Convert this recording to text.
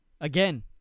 Again